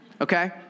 okay